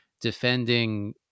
defending